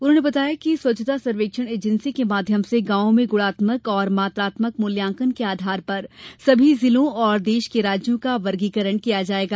उन्होंने बताया कि स्वच्छता सर्वेक्षण एजेन्सी के माध्यम से गांवों में गुणात्मक और मात्रात्मक मुल्यांकन के आधार पर सभी जिलों और देश के राज्यों का वर्गीकरण किया जायेगा